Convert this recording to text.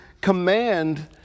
command